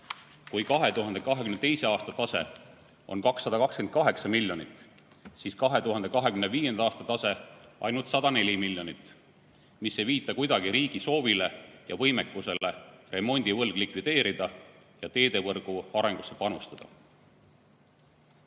Kui 2022. aasta tase on 228 miljonit, siis 2025. aasta tase ainult 104 miljonit. See ei viita kuidagi riigi soovile ja võimekusele remondivõlg likvideerida ja teevõrgu arengusse panustada. See